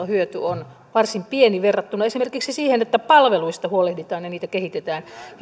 hyöty on varsin pieni verrattuna esimerkiksi siihen että palveluista huolehditaan ja niitä kehitetään